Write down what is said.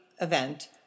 event